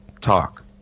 talk